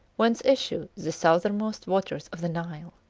whence issue the southernmost waters of the nile.